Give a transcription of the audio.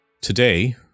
Today